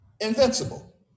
invincible